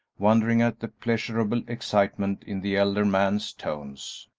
wondering at the pleasurable excitement in the elder man's tones.